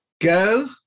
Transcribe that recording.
go